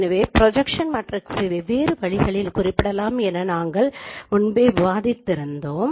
எனவே ப்ரொஜக்ஸன் மேட்ரிக்ஸை வெவ்வேறு வழிகளில் குறிப்பிடலாம் என்று நாங்கள் விவாதித்திருந்தோம்